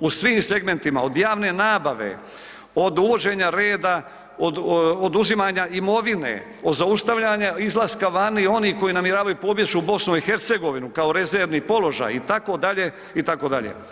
u svim segmentima, od javne nabave od uvođenja reda, oduzimanja imovine, od zaustavljanja izlaska vani oni koji namjeravaju pobjeć u BiH kao rezervni položaj itd., itd.